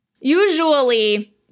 usually